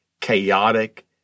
chaotic